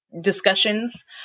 discussions